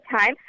time